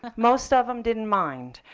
most of them didn't mind.